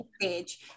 page